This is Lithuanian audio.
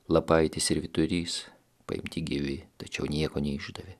lapaitis ir vyturys paimti gyvi tačiau nieko neišdavė